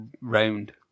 round